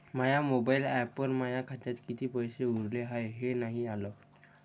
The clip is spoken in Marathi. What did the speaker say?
माया मोबाईल ॲपवर माया खात्यात किती पैसे उरले हाय हे नाही आलं